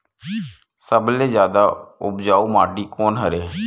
सबले जादा उपजाऊ माटी कोन हरे?